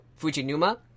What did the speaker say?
Fujinuma